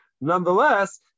nonetheless